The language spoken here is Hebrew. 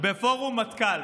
בפורום מטכ"ל